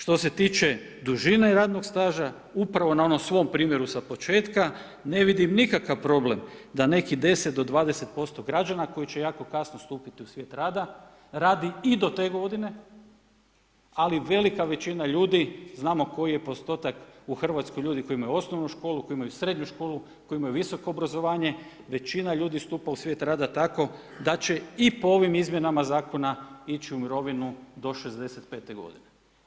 Što se tiče dužine radnog staža, upravo na onom svom primjeru sa početka, ne vidim nikakav problem da nekih 10 do 20% građana koji će jako kasno stupiti u svijet rada, radi i do te godine ali velika većina ljudi, znamo koji je postotak u Hrvatskoj ljudi koji imaju osnovnu školu, koji imaju srednju školu, koji imaju visoko obrazovanje, većina ljudi stupa u svijet rada tako da će i po ovim izmjenama zakona ići u mirovinu do 65. godine.